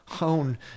own